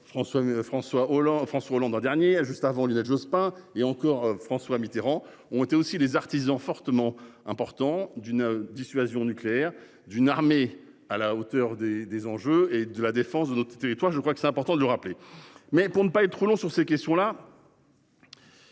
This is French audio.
François Hollande. L'an dernier, juste avant Lionel Jospin. Et encore, François Mitterrand ont été aussi les artisans fortement important d'une dissuasion nucléaire d'une armée à la hauteur des des enjeux et de la défense de notre territoire. Je crois que c'est important de le rappeler mais pour ne pas être trop long sur ces questions là.